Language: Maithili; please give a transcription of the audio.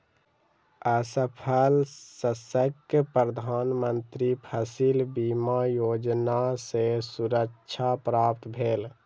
असफल शस्यक प्रधान मंत्री फसिल बीमा योजना सॅ सुरक्षा प्राप्त भेल